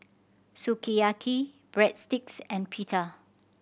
Sukiyaki Breadsticks and Pita